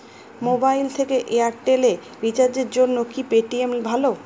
Mobile থেকে Airtel এ রিচার্জের জন্য কি পেটিএম ভালো?